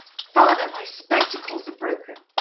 father, my spectacles are broken,